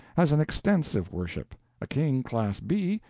has an extensive worship a king, class b,